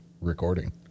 recording